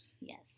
Yes